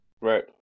Right